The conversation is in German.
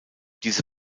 diese